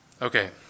Okay